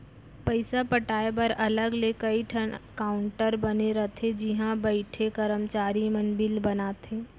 पइसा पटाए बर अलग ले कइ ठन काउंटर बने रथे जिहॉ बइठे करमचारी मन बिल बनाथे